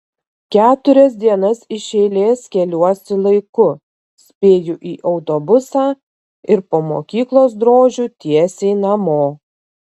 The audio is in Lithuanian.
keturias dienas iš eilės keliuosi laiku spėju į autobusą ir po mokyklos drožiu tiesiai namo